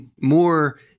more